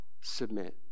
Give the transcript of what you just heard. submit